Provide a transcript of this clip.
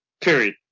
Period